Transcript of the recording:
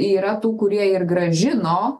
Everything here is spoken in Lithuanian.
yra tų kurie ir grąžino